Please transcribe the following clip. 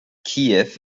kiew